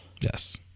Yes